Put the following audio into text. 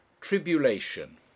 tribulation